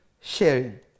sharing